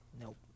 Nope